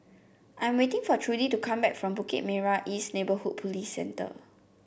I am waiting for Trudy to come back from Bukit Merah East Neighbourhood Police Centre